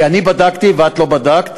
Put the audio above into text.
כי אני בדקתי ואת לא בדקת,